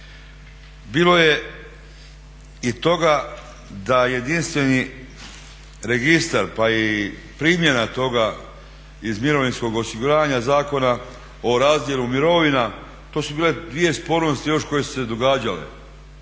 bilo je i toga da jedinstveni registar pa i primjena toga iz mirovinskog osiguravanja zakona o razdjelu mirovina to su bile dvije …/Govornik se ne razumije./… još koje su se događale.